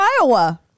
Iowa